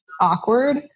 awkward